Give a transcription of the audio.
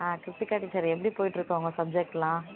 ஆ Krithika teacher எப்படி போயிட்டுருக்கு உங்கள் சப்ஜெக்ட் எல்லாம்